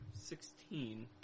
Sixteen